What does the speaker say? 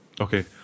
Okay